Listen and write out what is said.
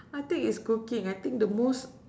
I think it's cooking I think the most